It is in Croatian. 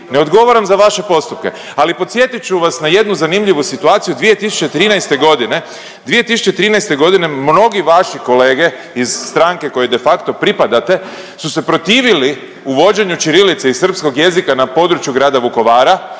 Ne odgovaram za vaše postupke, ali podsjetit ću vas na jednu zanimljivu situaciju 2013. godine, 2013. godine mnogi vaši kolege iz stranke kojoj de facto pripadate su se protivili uvođenju ćirilice i srpskog jezika na području grada Vukovara